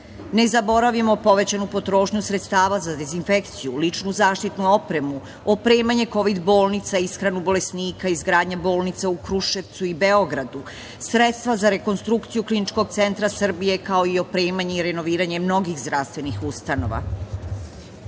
zaboravimo povećanu potrošnju sredstava za dezinfekciju, ličnu zaštitnu opremu, opremanje kovid bolnica, ishranu bolesnika, izgradnje bolnice u Kruševcu i Beogradu, sredstva za rekonstrukciju Kliničkog centra Srbije, kao i opremanje i renoviranje mnogih zdravstvenih